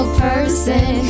person